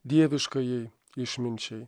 dieviškajai išminčiai